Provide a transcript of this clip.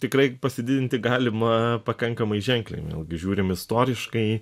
tikrai pasididinti galima pakankamai ženkliai vėlgi žiūrim istoriškai